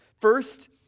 First